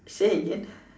say again